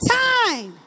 time